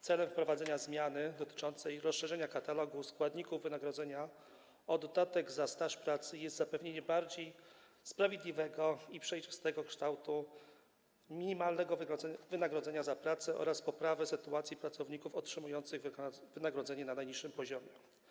Celem wprowadzenia zmiany dotyczącej rozszerzenia katalogu składników wynagrodzenia o dodatek za staż pracy jest zapewnienie bardziej sprawiedliwego i przejrzystego kształtu minimalnego wynagrodzenia za pracę oraz poprawa sytuacji pracowników otrzymujących wynagrodzenie na najniższym poziomie.